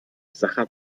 sacher